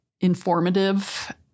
informative